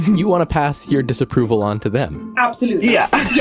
you want to pass your disapproval on to them? absolutely. yeah